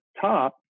top